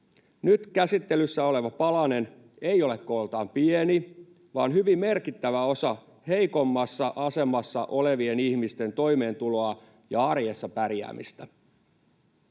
Nyt käsittelyssä oleva palanen ei ole kooltaan pieni vaan hyvin merkittävä osa heikommassa asemassa olevien ihmisten toimeentuloa ja arjessa pärjäämistä.